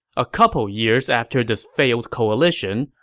a couple years after this failed coalition,